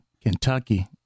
Kentucky